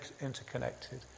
interconnected